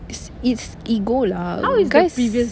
is it's ego lah you guys